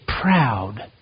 proud